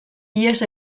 ihes